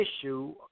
issue